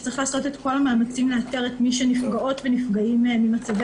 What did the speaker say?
שצריך לעשות את כל המאמצים לאתר את כל מי שנפגעות ונפגעים ממצבי